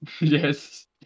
Yes